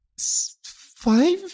five